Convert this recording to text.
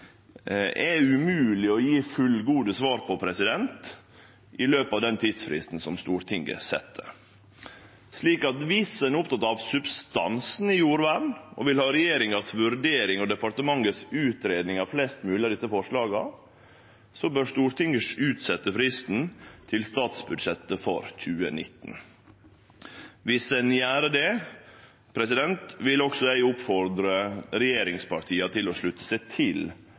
er det umogleg å gje fullgode svar på i løpet av den tidsfristen som Stortinget har sett. Så viss ein er oppteken av substansen i jordvernet og vil ha ei vurdering frå regjeringa og ei utgreiing frå departementet av flest mogleg av desse forslaga, bør Stortinget utsetje fristen til statsbudsjettet for 2019. Viss ein gjer det, vil eg oppmode regjeringspartia til å slutte seg til